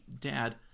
dad